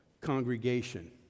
congregation